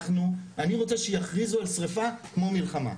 אני רוצה שיכריזו על שריפה כמו מלחמה.